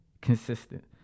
consistent